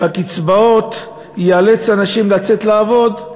בקצבאות יאלץ אנשים לצאת לעבוד,